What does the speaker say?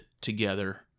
together